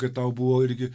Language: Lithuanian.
kai tau buvo irgi